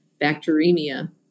bacteremia